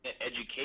education